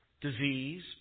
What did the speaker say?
disease